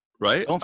right